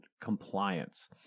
compliance